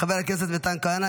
חבר הכנסת מתן כהנא,